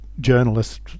journalists